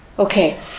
Okay